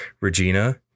Regina